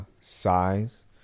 size